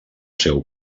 seu